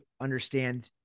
understand